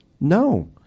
No